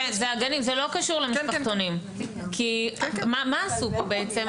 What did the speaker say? זה לא קשור למשפחתונים, כי מה עשו פה בעצם?